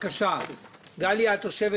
את תושבת